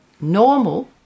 normal